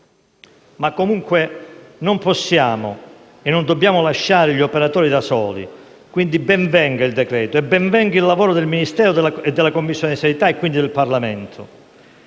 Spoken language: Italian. Comunque non possiamo e non dobbiamo lasciare gli operatori da soli. Quindi, ben venga il decreto-legge e ben venga il lavoro del Ministero, della Commissione sanità e quindi del Parlamento,